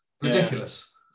Ridiculous